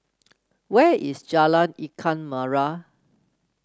where is Jalan Ikan Merah